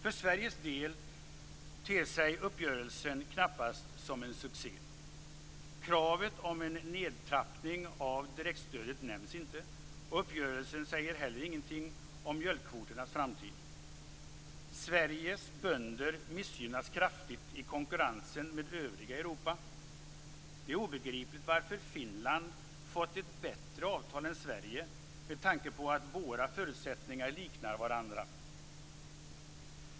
För Sveriges del ter sig uppgörelsen knappast som en succé. Kravet på en nedtrappning av direktstödet nämns inte, och uppgörelsen säger heller ingenting om mjölkkvoternas framtid. Sveriges bönder missgynnas kraftigt i konkurrensen med övriga Europa. Det är obegripligt varför Finland fått ett bättre avtal än Sverige, med tanke på att våra förutsättningar liknar varandra.